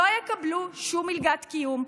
לא יקבלו שום מלגת קיום?